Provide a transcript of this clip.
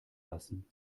lassen